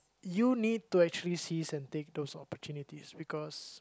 you need to actually seize and take those opportunities because